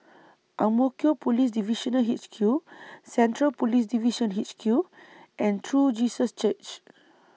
Ang Mo Kio Police Divisional H Q Central Police Division H Q and True Jesus Church